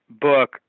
book